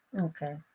Okay